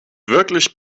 wirklich